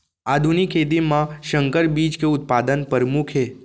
आधुनिक खेती मा संकर बीज के उत्पादन परमुख हे